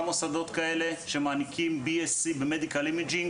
מוסדות שמעניקים B.Sc ב-Medical Imaging,